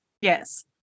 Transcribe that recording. Yes